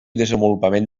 desenvolupament